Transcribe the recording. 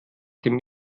dem